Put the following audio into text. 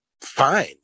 fine